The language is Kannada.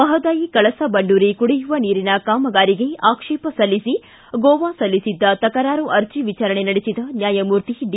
ಮಹದಾಯಿ ಕಳಸಾ ಬಂಡೂರಿ ಕುಡಿಯುವ ನೀರಿನ ಕಾಮಗಾರಿಗೆ ಆಕ್ಷೇಪ ಸಲ್ಲಿಸಿ ಗೋವಾ ಸಲ್ಲಿಸಿದ್ದ ತಕರಾರು ಅರ್ಜಿ ವಿಚಾರಣೆ ನಡೆಸಿದ ನ್ಯಾಯಮೂರ್ತಿ ಡಿ